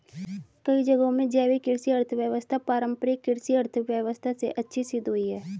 कई जगहों में जैविक कृषि अर्थव्यवस्था पारम्परिक कृषि अर्थव्यवस्था से अच्छी सिद्ध हुई है